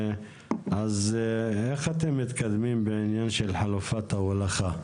אז איך אתם מתקדמים בעניין של חלופת ההולכה?